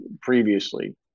previously